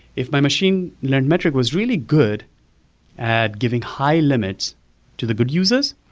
if my machine learned metric was really good at giving high limits to the good users,